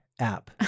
app